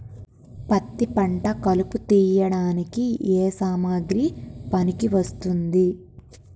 పత్తి పంట కలుపు తీయడానికి ఏ సామాగ్రి పనికి వస్తుంది?